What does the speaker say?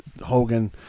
Hogan